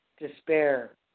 Despair